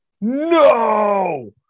no